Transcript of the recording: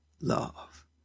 love